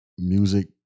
Music